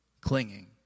clinging